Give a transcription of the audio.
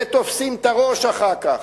ותופסים את הראש אחר כך,